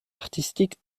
artistique